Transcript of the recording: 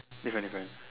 different different